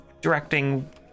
directing